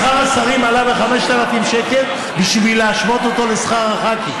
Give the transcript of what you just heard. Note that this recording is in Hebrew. שכר השרים עלה ב-5,000 שקל בשביל להשוות אותו לשכר הח"כים.